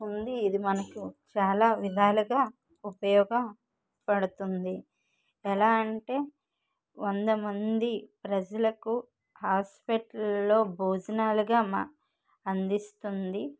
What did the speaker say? ఉంది ఇది మనకి చాలా విధాలుగా ఉపయోగపడుతుంది ఎలా అంటే వందమంది ప్రజలకు హాస్పిటల్ లో భోజనాలుగా మా అందిస్తుంది